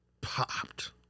popped